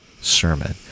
sermon